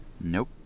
Nope